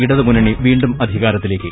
ഇടതു മുന്നണി വീണ്ടും അധികാരത്തിലേക്ക്